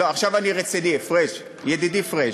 לא, עכשיו אני רציני, ידידי פריג'.